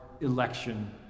election